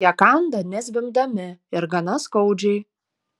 jie kanda nezvimbdami ir gana skaudžiai